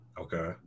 Okay